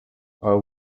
are